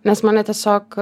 nes mane tiesiog